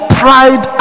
pride